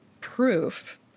proof